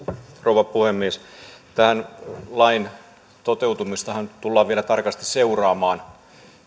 rouva puhemies tämän lain toteutumistahan tullaan vielä tarkasti seuraamaan